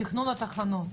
תכנון התחנות.